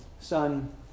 Son